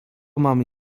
mamy